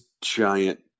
giant